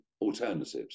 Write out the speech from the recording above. alternatives